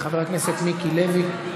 חבר הכנסת מיקי לוי,